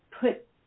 put